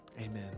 amen